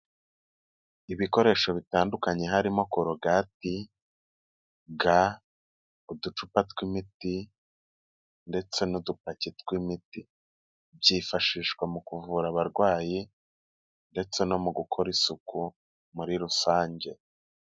Ibikoresho bitandukanye harimo korogati, ga, uducupa tw'imiti ndetse n'udupaki tw'imiti, byifashishwa mu kuvura abarwayi ndetse no mu gukora isuku muri rusange.